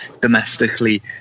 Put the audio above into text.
domestically